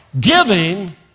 Giving